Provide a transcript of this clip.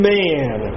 man